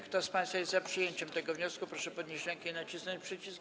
Kto z państwa jest za przyjęciem tego wniosku, proszę podnieść rękę i nacisnąć przycisk.